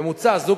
בממוצע, לזוג